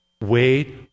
Wait